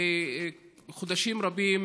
זה חודשים רבים